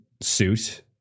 suit